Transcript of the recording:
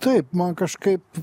taip man kažkaip